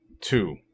two